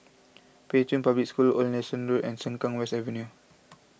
Pei Chun Public School Old Nelson Road and Sengkang West Avenue